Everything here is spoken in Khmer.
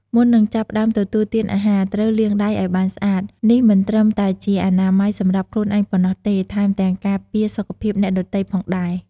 មុននឹងចាប់ផ្តើមទទួលទានអាហារ ត្រូវលាងដៃឱ្យបានស្អាត នេះមិនត្រឹមតែជាអនាម័យសម្រាប់ខ្លួនឯងប៉ុណ្ណោះទេ ថែមទាំងការពារសុខភាពអ្នកដទៃផងដែរ។